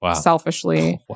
selfishly